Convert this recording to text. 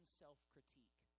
self-critique